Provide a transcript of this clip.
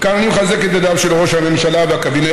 מכאן אני מחזק את ידיו של ראש הממשלה והקבינט